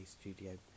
studio